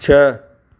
छह